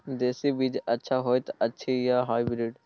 देसी बीज अच्छा होयत अछि या हाइब्रिड?